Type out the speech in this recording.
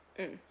mm